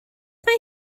mae